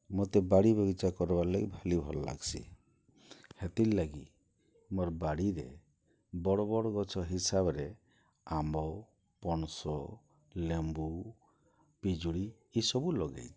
ମତେ ବାଡ଼ି ବଗିଚା କର୍ବାର୍ ଲାଗି ଭାରି ଭଲ୍ ଲାଗ୍ସି ହେତିରଲାଗି ମୋର୍ ବାଡ଼ିରେ ବଡ଼୍ ବଡ଼୍ ଗଛ ହିସାବ୍ରେ ଆମ୍ବ ପଣସ ଲେମ୍ବୁ ପିଜୁଳି ଇସବୁ ଲଗେଇଚେଁ